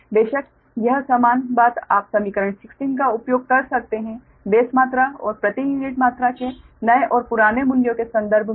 बेशक यह समान बात आप समीकरण 16 का उपयोग कर सकते हैं बेस मात्रा और प्रति यूनिट मात्रा के नए और पुराने मूल्यों के संदर्भ में